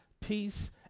peace